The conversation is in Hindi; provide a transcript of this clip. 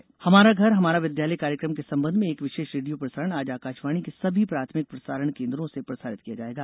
विद्यालय प्रसारण हमारा घर हमारा विदयालय कार्यक्रम के संबंध में एक विशेष रेडियो प्रसारण आज आकाशवाणी के सभी प्राथमिक प्रसारण केन्द्रों से प्रसारित किया जायेगा